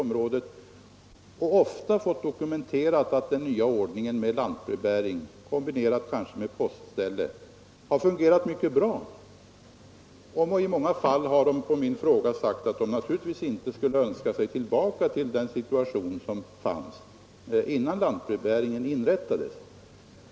Jag har då ofta fått dokumenterat att den nya ordningen med lantbrevbäring, kanske kombinerad med postställe, har fungerat mycket bra. I många fall har människorna på min fråga sagt att de naturligtvis inte skulle önska sig tillbaka till den situation som rådde innan lantbrevbäringen inrättades.